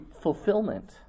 fulfillment